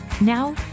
Now